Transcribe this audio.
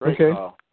Okay